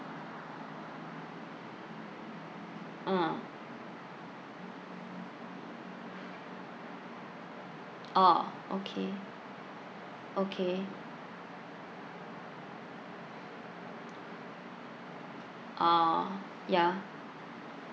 ah orh okay okay orh ya